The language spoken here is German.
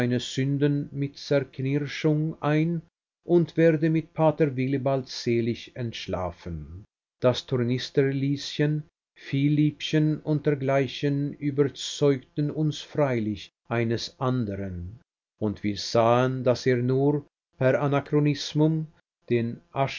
sünden mit zerknirschung ein und werde mit pater willibald selig entschlafen das tornister lieschen vielliebchen und dergleichen überzeugten uns freilich eines andern und wir sahen daß er nur per anachronismum den